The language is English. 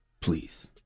Please